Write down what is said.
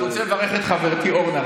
אני רוצה לברך את חברתי אורנה,